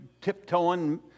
tiptoeing